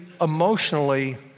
emotionally